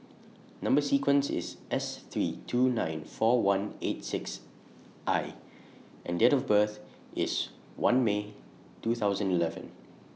Number sequence IS S three two nine four one eight six I and Date of birth IS one May two thousand and eleven